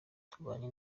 tubanye